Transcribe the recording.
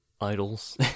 idols